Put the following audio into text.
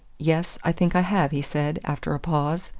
yes, i think i have, he said after a pause.